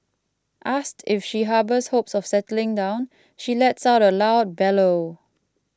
asked if she harbours hopes of settling down she lets out a loud bellow